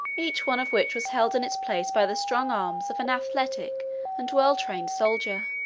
each one of which was held in its place by the strong arms of an athletic and well-trained soldier.